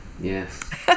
Yes